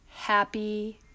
happy